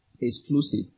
exclusive